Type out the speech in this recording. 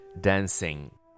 dancing